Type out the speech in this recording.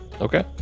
okay